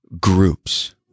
groups